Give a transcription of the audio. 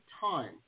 time